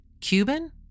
Cuban